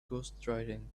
ghostwriting